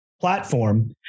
platform